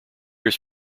his